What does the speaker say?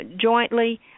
jointly